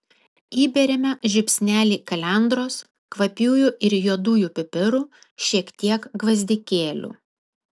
įberiame žiupsnelį kalendros kvapiųjų ir juodųjų pipirų šiek tiek gvazdikėlių